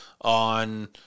on